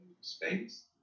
space